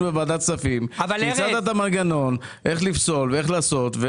בוועדת הכספים והצעת את המנגנון איך לפסול ואיך לעשות.